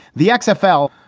the sfl,